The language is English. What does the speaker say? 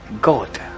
God